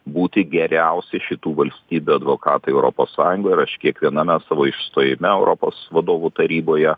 būti geriausi šitų valstybių advokatai europos sąjungoj ir aš kiekviename savo išstojime europos vadovų taryboje